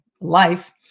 life